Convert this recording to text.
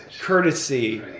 courtesy